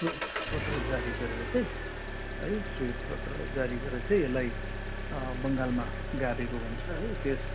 स्वेत पत्र जारी गरेर चाहिँ है स्वेत पत्र जारी गरेर चाहिँ यसलाई बङ्गालमा गाभेको भन्छ है